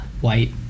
white